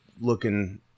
looking